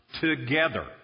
together